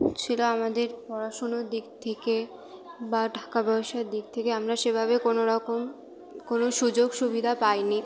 ছিলো আমাদের পড়াশুনোর দিক থেকে বা টাকা পয়সার দিক থেকে আমরা সেভাবে কোনোরকম কোনো সুযোগ সুবিধা পাইনি